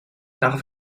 darf